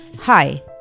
Hi